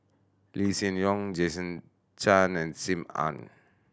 Lee Hsien Loong Jason Chan and Sim Ann